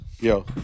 Yo